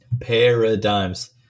Paradigms